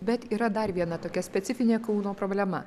bet yra dar viena tokia specifinė kauno problema